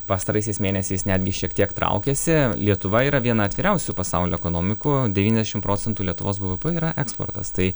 pastaraisiais mėnesiais netgi šiek tiek traukiasi lietuva yra viena atviriausių pasaulio ekonomikų devyniasdešim procentų lietuvos bvp yra eksportas tai